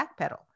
backpedal